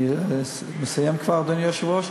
אני כבר מסיים, אדוני היושב-ראש,